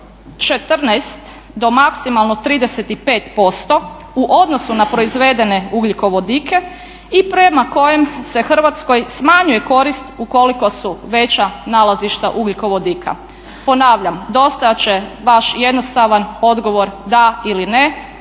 14 do maksimalno 35% u odnosu na proizvedene ugljikovodike i prema kojem se Hrvatskoj smanjuje korist u koliko su veća nalazišta ugljikovodika? Ponavljam, dostojat će vaš jednostavan odgovor da ili ne.